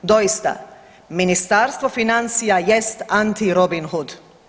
Doista Ministarstvo financija jest anti Robin Hood.